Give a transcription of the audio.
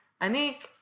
Anik